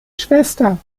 schwester